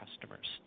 customers